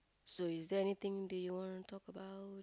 so is there anything do you wanna talk about